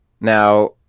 now